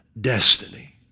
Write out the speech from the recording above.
destiny